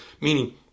Meaning